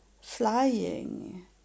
Flying